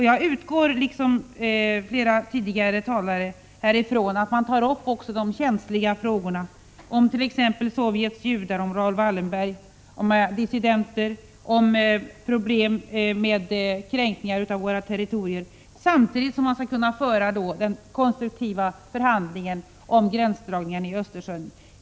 Jag utgår liksom flera talare tidigare från att man tar upp också de känsliga frågorna, t.ex. frågan om Sovjets judar, frågan om Raoul Wallenberg, frågan om dissidenter och problemet med kränkningar av vårt territorium, samtidigt som man för en konstruktiv förhandling om gränsdragningen i Östersjön.